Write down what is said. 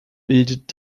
bildet